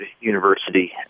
University